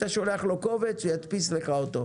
אתה שולח לו קובץ והוא ידפיס לך אותו.